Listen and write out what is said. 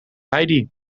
heidi